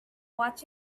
watch